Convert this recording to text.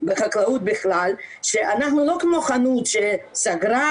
ובחקלאות בכלל, שאנחנו לא כמו חנות שסגרה,